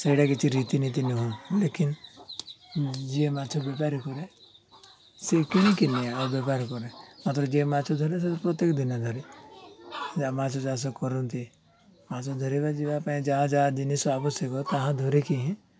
ସେଇଟା କିଛି ରୀତିନୀତି ନୁହଁ ଲେକିନ୍ ଯିଏ ମାଛ ବେପାରୀ କରେ ସେ କିଣିକି ନିଏ ଆଉ ବେପାର କରେ ମାତ୍ର ଯିଏ ମାଛ ଧରେ ସେ ପ୍ରତ୍ୟେକ ଦିନ ଧରେ ଯ ମାଛ ଚାଷ କରନ୍ତି ମାଛ ଧରିବା ଯିବା ପାଇଁନଯାହା ଯାହା ଜିନିଷ ଆବଶ୍ୟକ ତାହା ଧରିକି ହିଁ